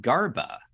Garba